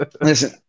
listen